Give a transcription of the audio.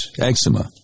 eczema